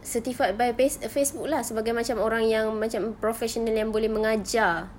certified by face facebook lah sebagai macam orang yang macam professional yang boleh mengajar